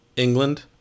England